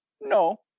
No